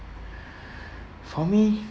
for me